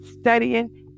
studying